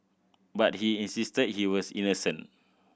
but he insisted he was innocent